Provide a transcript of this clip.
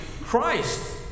Christ